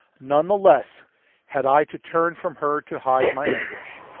none the less had i to turn from her to hide my anguish.